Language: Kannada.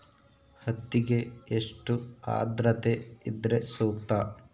ಹತ್ತಿಗೆ ಎಷ್ಟು ಆದ್ರತೆ ಇದ್ರೆ ಸೂಕ್ತ?